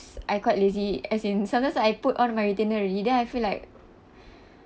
I quite lazy as in sometimes I put on my retainer already then I feel like